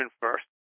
first